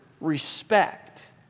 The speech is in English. respect